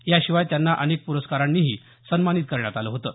याशिवाय त्यांना अनेक पुरस्कारांनीही सन्मानित करण्यात आलं होतं